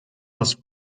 was